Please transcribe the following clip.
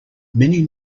many